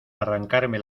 arrancarme